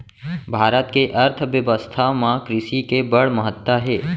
भारत के अर्थबेवस्था म कृसि के बड़ महत्ता हे